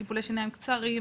טיפולי שיניים קצרים,